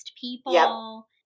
people